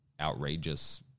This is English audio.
outrageous